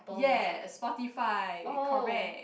yes Spotify correct